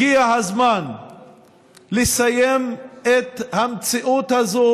הגיע הזמן לסיים את המציאות הזאת.